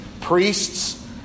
priests